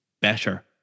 better